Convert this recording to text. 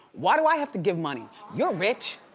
why do i have to give money? you're rich!